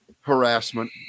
harassment